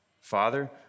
Father